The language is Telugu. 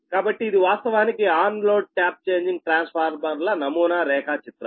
కాబట్టి ఇది వాస్తవానికి ఆన్ లోడ్ ట్యాప్ చేంజింగ్ ట్రాన్స్ఫార్మర్ల నమూనా రేఖాచిత్రం